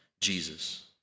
Jesus